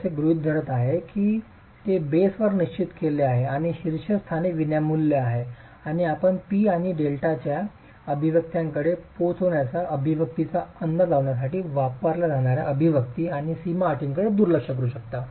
मी असे गृहीत धरत आहे की ते बेस वर निश्चित केले आहे आणि शीर्षस्थानी विनामूल्य आहे आणि आपण P आणि डेल्टाच्या अभिव्यक्त्यांकडे पोहचण्याच्या अभिव्यक्तींचा अंदाज लावण्यासाठी वापरल्या जाणार्या अभिव्यक्ती आणि सीमा अटींकडे दुर्लक्ष करू शकता